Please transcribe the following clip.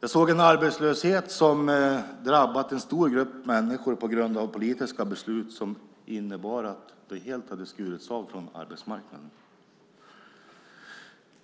Jag såg en arbetslöshet som hade drabbat en stor grupp människor på grund av politiska beslut som innebar att de helt hade skurits av från arbetsmarknaden.